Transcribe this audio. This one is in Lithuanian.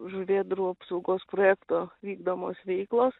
žuvėdrų apsaugos projekto vykdomos veiklos